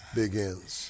begins